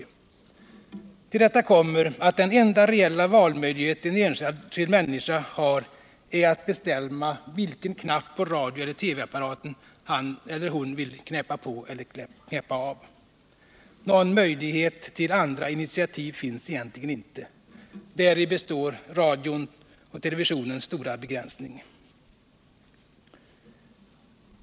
Till detta kommer att den enda reella valmöjlighet en enskild människa har är att bestämma vilken knapp på radioeller TV-apparaten han eller hon vill knäppa på eller knäppa av. Någon möjlighet till andra initiativ finns inte. Däri består radions och televisionens stora begränsning.